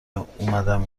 اومدم